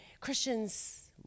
Christians